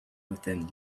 within